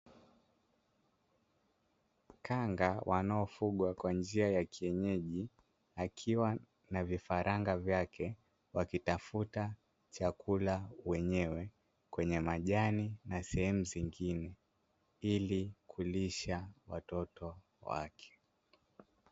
Kanga wanaofugwa kwa njia ya kienyeji, akiwa na vifaranga vyake wakitafuta chakula wenyewe kwenye majani na sehemu zingine, ili kulisha watoto wake.